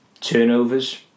Turnovers